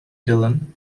dillon